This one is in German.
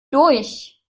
durch